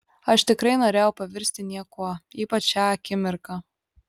aš tikrai norėjau pavirsti niekuo ypač šią akimirką